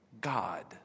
God